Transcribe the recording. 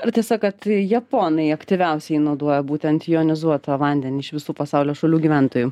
ar tiesa kad japonai aktyviausiai naudoja būtent jonizuotą vandenį iš visų pasaulio šalių gyventojų